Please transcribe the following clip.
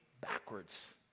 backwards